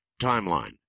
timeline